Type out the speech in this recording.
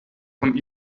von